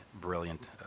brilliant